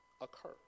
occur